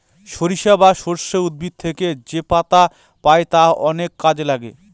সরিষা বা সর্ষে উদ্ভিদ থেকে যেপাতা পাই তা অনেক কাজে লাগে